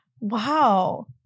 Wow